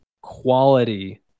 quality